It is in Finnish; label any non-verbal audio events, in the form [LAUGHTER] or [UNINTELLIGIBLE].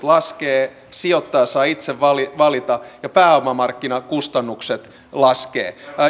[UNINTELLIGIBLE] laskevat sijoittaja saa itse valita valita ja pääomamarkkinakustannukset laskevat